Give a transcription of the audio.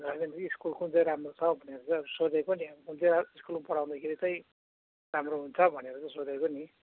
होइन नि स्कुल कुन चाहिँ राम्रो छ भनेर चाहिँ अब सोधेको नि कुन चाहिँ स्कुल पढाउँदाखेरि चाहिँ राम्रो हुन्छ भनेर चाहिँ सोधेको नि